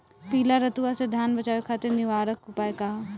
पीला रतुआ से धान बचावे खातिर निवारक उपाय का ह?